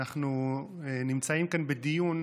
אנחנו נמצאים כאן בדיון